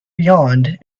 yawned